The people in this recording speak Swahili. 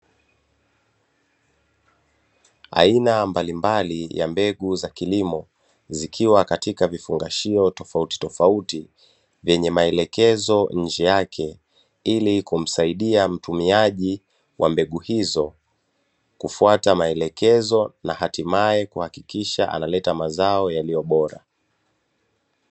Aina mbalimbali ya mbegu za kilimo, zikiwa katika vifungashio tofautitofauti vyenye maelekezo nje yake, ili kumsaidia mtumiaji wa mbegu hizo, kufuata maelekezo na hatimaye kuhakikisha analeta mazao yaliyo bora.